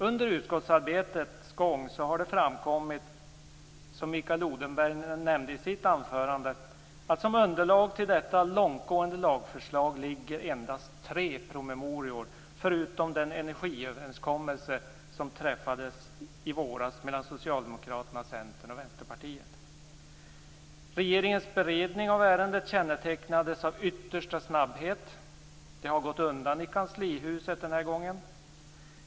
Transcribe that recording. Under utskottsarbetets gång har det framkommit, såsom Mikael Odenberg nämnde i sitt anförande, att som underlag till detta långtgående lagförslag ligger endast tre promemorior förutom den energiöverenskommelse som träffades i våras mellan Socialdemokraterna, Centern och Vänsterpartiet. Regeringens beredning av ärendet kännetecknas av yttersta snabbhet. Det har gått undan i kanslihuset den här gången.